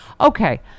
Okay